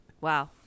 Wow